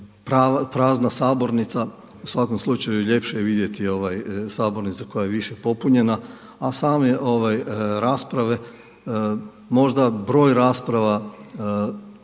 Prazna sabornica, u svakom slučaju ljepše je vidjeti sabornicu koja je više popunjena a same rasprave, možda broj rasprava